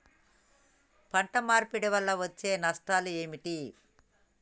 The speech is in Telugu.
పంట మార్పిడి వల్ల వచ్చే నష్టాలు ఏమిటి?